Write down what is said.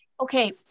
okay